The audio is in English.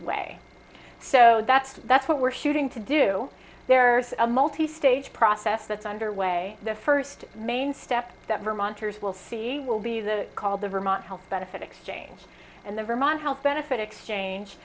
way so that's that's what we're shooting to do there's a multi stage process that's underway the first main step that vermonters will see will be the called the vermont health benefit exchange and the vermont health benefit exchange